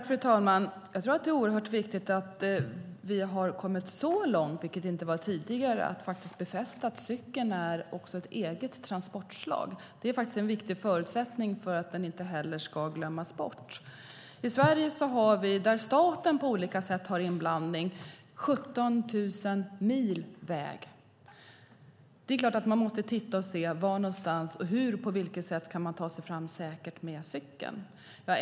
Fru talman! Jag tror att det är oerhört viktigt att vi har kommit så långt - dit vi inte hade nått tidigare - att befästa att cykeln är ett eget transportslag. Det är faktiskt en viktig förutsättning för att den inte ska glömmas bort. I Sverige har vi, där staten på olika sätt är inblandad, 17 000 mil väg. Det är klart att man måste se var någonstans och hur man kan ta sig fram säkert med cykel.